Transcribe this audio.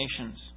nations